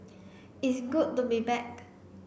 it's good to be back